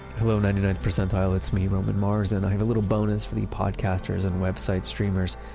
hello, ninety ninth percentile, it's me, roman mars, and i have a little bonus for the podcasters and website streamers.